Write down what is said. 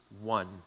One